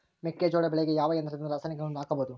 ಮೆಕ್ಕೆಜೋಳ ಬೆಳೆಗೆ ಯಾವ ಯಂತ್ರದಿಂದ ರಾಸಾಯನಿಕಗಳನ್ನು ಹಾಕಬಹುದು?